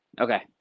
Okay